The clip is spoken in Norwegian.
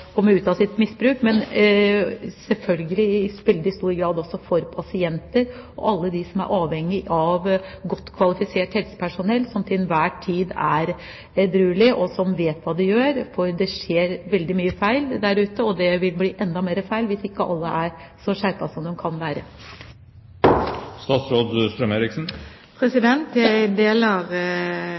ut av sitt misbruk, og selvfølgelig i veldig stor grad også for pasienter og alle dem som er avhengig av godt kvalifisert helsepersonell som til enhver tid er edruelig, og som vet hva de gjør. Det skjer veldig mye feil der ute, og det vil bli enda mer feil hvis ikke alle er så skjerpede som de kan være.